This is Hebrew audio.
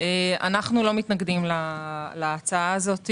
אנחנו לא מתנגדים להצעה הזאת.